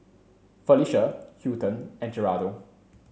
Felecia Hilton and Geraldo